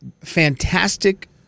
fantastic